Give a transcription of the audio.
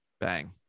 bang